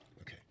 Okay